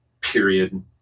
period